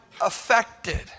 affected